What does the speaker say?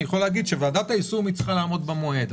יכול להגיד שוועדת היישום צריכה לעמוד במועד.